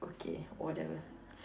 okay whatever